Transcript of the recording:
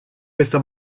questa